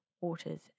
waters